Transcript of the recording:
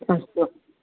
अस्तु